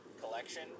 collection